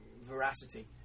veracity